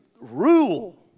Rule